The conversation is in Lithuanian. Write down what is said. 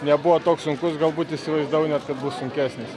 nebuvo toks sunkus galbūt įsivaizdavau net kad bus sunkesnis